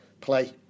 play